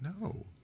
No